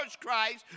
Christ